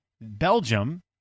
Belgium